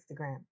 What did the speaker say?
Instagram